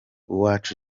uwacu